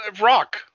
rock